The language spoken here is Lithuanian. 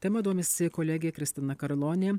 tema domisi kolegė kristina karlonė